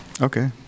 okay